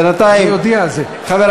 בינתיים, אני אודיע על זה.